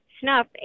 snuff